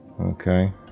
Okay